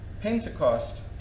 Pentecost